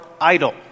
idle